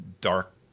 dark